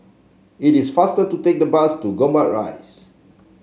it is faster to take the bus to Gombak Rise